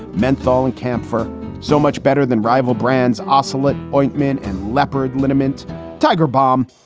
menthol and camphor so much better than rival brands ocelot ointment and leopard liniment tiger bomb.